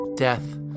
death